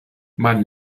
man